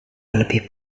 lebih